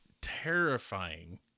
terrifying